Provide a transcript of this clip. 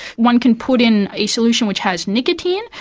one can put in a solution which has nicotine,